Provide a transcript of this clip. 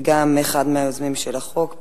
ואחד היוזמים של החוק,